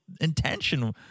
intention